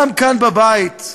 גם כאן, בבית,